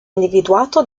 individuato